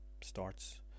starts